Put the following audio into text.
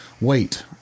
Wait